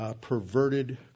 perverted